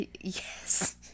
Yes